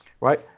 right